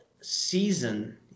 season